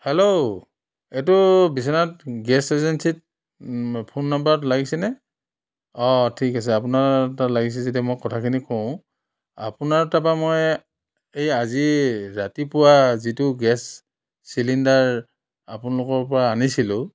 hello এইটো Biswanath gas এজেঞ্চিত phone নাম্বাৰত লাগিছেনে অঁ ঠিক আছে আপোনাৰ তাত লাগিছে যদি মই কথাখিনি কওঁ আপোনাৰ তাপা মই এই আজি ৰাতিপুৱা যিটো গেছ চিলিণ্ডাৰ আপোনলোকৰ পৰা আনিছিলোঁ